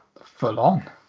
full-on